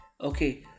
Okay